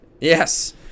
Yes